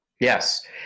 yes